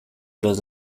los